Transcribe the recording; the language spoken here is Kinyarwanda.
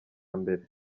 mbere